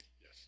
Yes